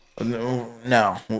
No